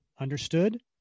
Understood